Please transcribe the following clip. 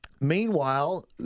Meanwhile